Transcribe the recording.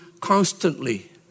constantly